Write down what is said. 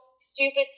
stupid